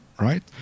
right